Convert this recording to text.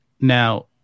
Now